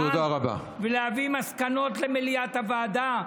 ולהביא מסקנות למליאת הוועדה.